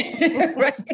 Right